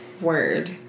word